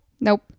Nope